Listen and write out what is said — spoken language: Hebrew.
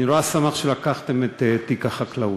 אני נורא שמח שלקחתם את תיק החקלאות,